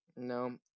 No